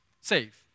Save